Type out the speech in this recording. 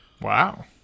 Wow